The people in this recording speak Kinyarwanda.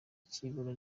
cy’ibura